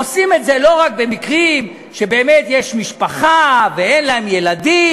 עושים את זה לא רק במקרים שבאמת יש משפחה ואין להם ילדים,